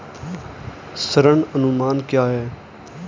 ऋण अनुमान क्या है?